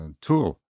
tool